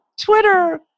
Twitter